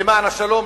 כאן למען השלום,